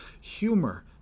humor